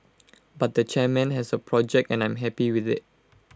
but the chairman has A project and I am happy with IT